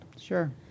Sure